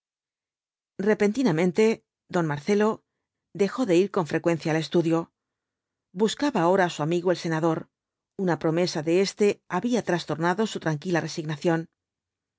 kepentinamente don marcelo dejó de ir con frecuencia al estudio buscaba ahora á su amigo el senador una promesa de éste había trastornado su tranquila resignación